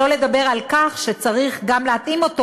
שלא לדבר על כך שצריך גם להתאים אותו